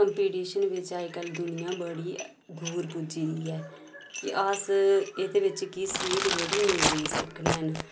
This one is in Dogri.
कम्पीटिशन बिच्च अज्जकल दुनिया बड़ी दूर पुज्जी दी ऐ कि अस एह्दे बिच्च कि सीट जेह्ड़ी नेईं लेई सकने हैन